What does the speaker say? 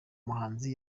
muhanzi